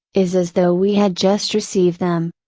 is as though we had just received them.